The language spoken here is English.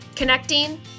Connecting